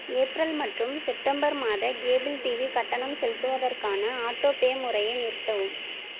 April மற்றும் September மாத cable TV கட்டணம் செலுத்துவதற்கான ஆட்டோபே முறையை நிறுத்தவும்